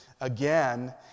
Again